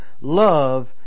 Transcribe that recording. Love